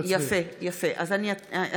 בעד אלעזר שטרן,